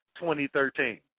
2013